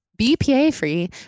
BPA-free